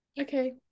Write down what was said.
Okay